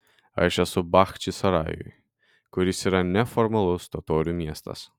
aš esu bachčisarajuj kuris yra neformalus totorių miestas